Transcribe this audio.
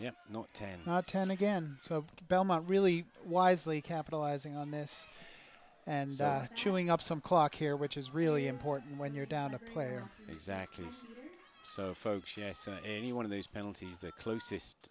know ten ten again so belmont really wisely capitalizing on this and chewing up some clock here which is really important when you're down a player exactly so folks yes sir any one of those penalties the closest